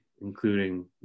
including